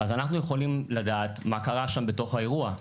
אז אנחנו יכולים לדעת מה קרה שם בתוך האירוע.